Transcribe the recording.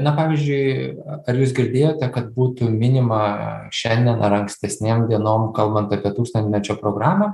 na pavyzdžiui ar jūs girdėjote kad būtų minima šiandien ar ankstesnėm dienom kalbant apie tūkstantmečio programą